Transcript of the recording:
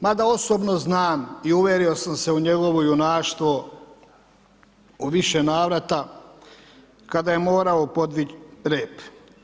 Mada osobno znam i uvjerio sam se u njegovo junaštvo u više navrata, kada je morao podvit rep.